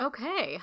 Okay